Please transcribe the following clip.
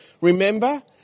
Remember